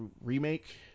Remake